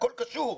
הכול קשור.